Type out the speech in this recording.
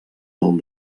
del